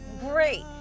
Great